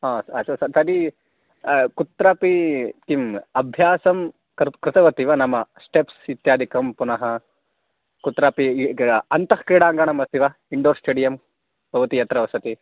अ अशोशत् तर्हि कुत्रापि किम् अभ्यासं कृ कृतवति वा नाम स्टेप्स् इत्यादिकं पुनः कुत्रापि ग् अन्तः क्रीडाङ्गणमस्ति वा इण्डो स्टेडियम् भवति यत्र वसति